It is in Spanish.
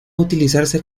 utilizarse